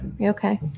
okay